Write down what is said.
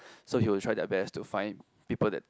so he will try their best to find people that